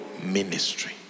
ministry